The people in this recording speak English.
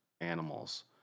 animals